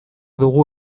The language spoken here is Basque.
dugu